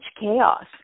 chaos